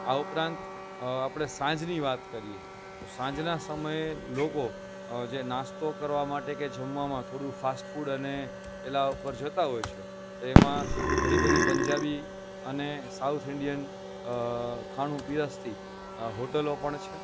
આ ઉપરાંત આપણે સાંજની વાત કરીએ તો સાંજના સમયે લોકો જે નાસ્તો કરવા માટે કે જમવામાં થોડું ફાસ્ટ ફૂડ અને પેલા ઉપર જતા હોય છે એમાં ઘણી બધી પંજાબી અને સાઉથ ઇંડિયન ખાણું પીરસતી હોટલો પણ છે